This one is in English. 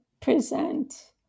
present